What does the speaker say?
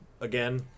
again